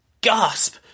Gasp